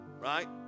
right